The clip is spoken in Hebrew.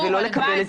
הלוואי.